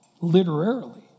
Literarily